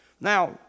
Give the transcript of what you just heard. Now